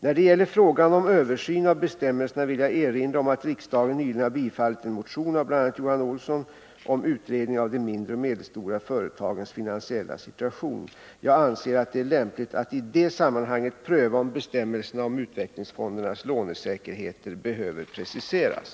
När det gäller frågan om översyn av bestämmelserna vill jag erinra om att riksdagen nyligen har bifallit en motion av bl.a. Johan Olsson om utredning av de mindre och medelstora företagens finansiella situation . Jag anser att det är lämpligt att i det sammanhanget pröva om bestämmelserna om utvecklingsfondernas lånesäkerhet behöver preciseras.